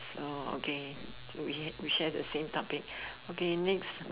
so okay we we share the same topic okay next